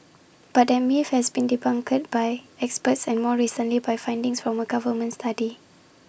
but that myth has been debunked by experts and more recently by findings from A government study